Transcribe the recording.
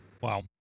Wow